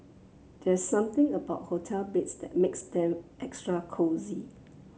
there something about hotel beds that makes them extra cosy